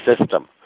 system